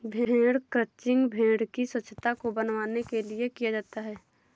भेड़ क्रंचिंग भेड़ की स्वच्छता को बनाने के लिए किया जाता है